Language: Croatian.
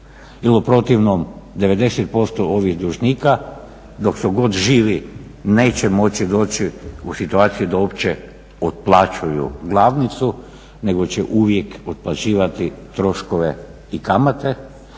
u protivnom 90% ovih dužnika dok su god živi neće moći doći u situaciju da uopće otplaćuju glavnicu nego će uvijek otplaćivati troškove i kamate